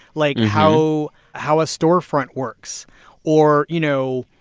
like, how how a storefront works or, you know,